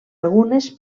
algunes